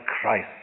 Christ